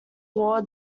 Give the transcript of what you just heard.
war